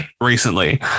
recently